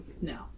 No